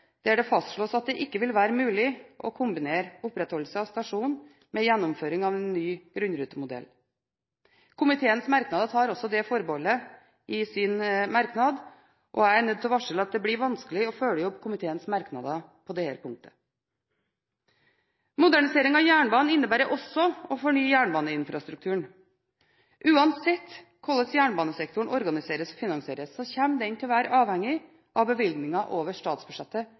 der det fastslås at det ikke vil være mulig å kombinere opprettholdelse av stasjonen med gjennomføring av en ny grunnrutemodell. Komiteens merknader tar også det forbeholdet i sin merknad, og jeg er nødt til å varsle at det blir vanskelig å følge opp komiteens merknader på dette punktet. Modernisering av jernbanen innebærer også å fornye jernbaneinfrastrukturen. Uansett hvordan jernbanesektoren organiseres og finansieres, kommer den til å være avhengig av bevilgninger over statsbudsjettet